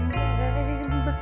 name